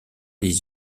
les